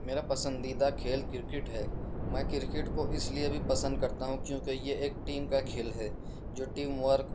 میرا پسندیدہ کھیل کرکٹ ہے میں کرکٹ کو اس لئے بھی پسند کرتا ہوں کیونکہ یہ ایک ٹیم کا کھیل ہے جو ٹیم ورک